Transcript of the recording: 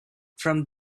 from